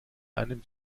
einem